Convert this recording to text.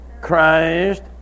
Christ